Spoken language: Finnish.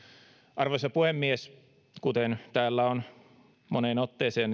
arvoisa puhemies kuten täällä on moneen otteeseen